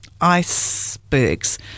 icebergs